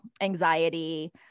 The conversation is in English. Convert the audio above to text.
anxiety